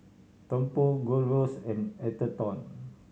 Tempur Gold Roast and Atherton